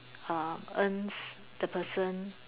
uh earns the person